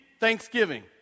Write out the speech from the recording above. thanksgiving